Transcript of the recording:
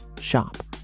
shop